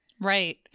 Right